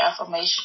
Affirmation